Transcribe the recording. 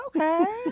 Okay